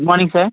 good morning sir